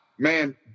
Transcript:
Man